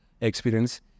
experience